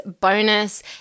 bonus